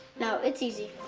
no, it's easy.